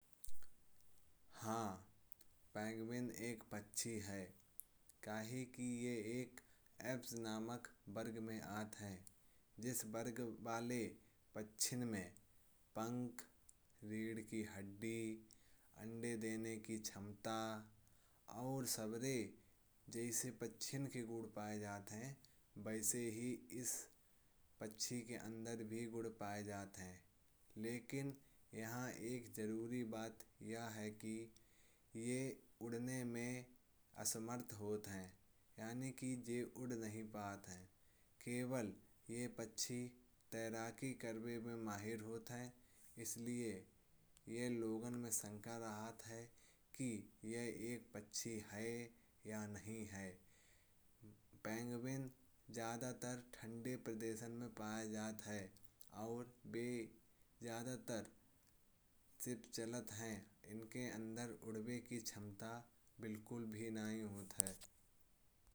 हाँ पेंगुइन एक पक्षी है कहे की? ये एक ऐब्स नामक वर्ग में आता है। जिस वर्ग वाले पक्षियों में पंख, रीढ़, अंडे देने की क्षमता। और साबरे जैसे पक्षियों के गुण पाए जाते हैं। वैसे ही इस पक्षी के अंदर भी ये गुण पाए जाते हैं। लेकिन यहाँ एक जरूरी बात ये है की ये उड़ने में असमर्थ होते हैं। यानी की ये उड़ नहीं पाते हैं बस। ये पक्षी तैरने में माहिर होता है । इसलिए लोगों में शंका रहती है की ये एक पक्षी है या नहीं। पेंगुइन ज़्यादातर ठंडे क्षेत्रों में पाया जाता है। और वहीं ज़्यादातर सिर्फ चलता है। इनके अंदर उड़ने की क्षमता बिलकुल भी नहीं होती है।